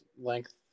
length